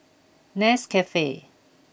Nescafe